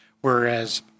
whereas